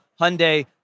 Hyundai